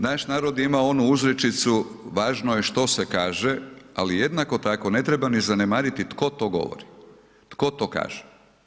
Naš narod ima onu uzrečicu važno je što se kaže, ali jednako tako ne treba ni zanemariti tko to govori, tko to kaže.